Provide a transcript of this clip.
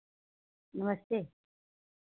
नमस्ते